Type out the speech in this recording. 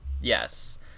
yes